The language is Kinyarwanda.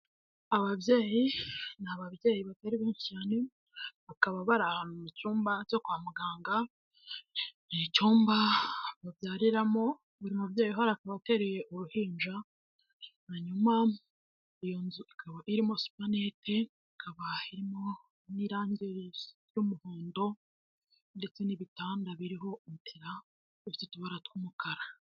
Ababyeyi ni ababyeyi batari benshi cyane, bakaba bari ahantu mu cyumba cyo kwa muganga, ni icyuyumba babyariramo, uyu mubyeyi akaba ateruye uruhinja, hanyuma iyo nzu ikaba irimo supanete, hakaba harimo n'irangi ry'umuhondo ndetse n'ibitanda biriho bifite utubara tw'umukara.